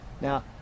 Now